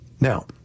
Now